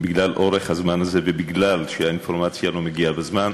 בגלל אורך הזמן הזה ומכיוון שהאינפורמציה לא מגיעה בזמן.